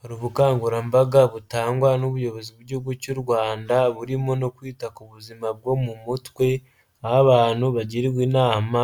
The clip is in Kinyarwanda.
Hari ubukangurambaga butangwa n'ubuyobozi gihugu cy'u Rwanda burimo no kwita ku buzima bwo mu mutwe. Aho abantu bagirwa inama